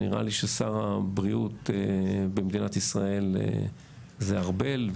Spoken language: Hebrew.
נראה לי ששר הבריאות במדינת ישראל זה ארבל,